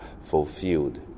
fulfilled